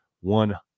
one